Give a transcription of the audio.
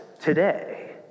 today